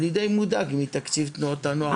אני די מודאג מתקציב תנועות הנוער.